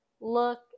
look